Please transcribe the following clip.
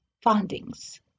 findings